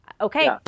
okay